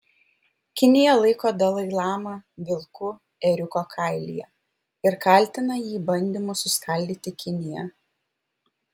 kinija laiko dalai lamą vilku ėriuko kailyje ir kaltina jį bandymu suskaldyti kiniją